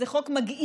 זה חוק מגעיל.